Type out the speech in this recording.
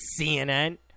CNN